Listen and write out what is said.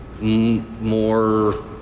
more